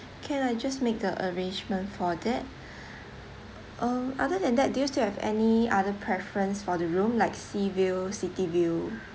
can I just make the arrangement for that uh other than that do you still have any other preference for the room like sea view city view